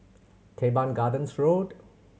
Teban Gardens Road